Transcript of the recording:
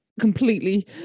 Completely